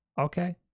Okay